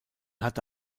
hatte